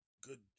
good